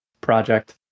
project